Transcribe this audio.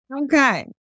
Okay